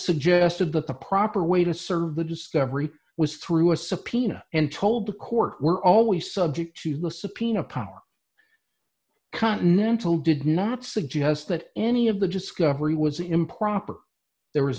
suggested that the proper way to serve the discovery was through a subpoena and told the court were always subject to the subpoena power continental did not suggest that any of the discovery was improper there was